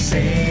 Say